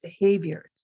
behaviors